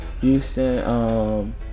Houston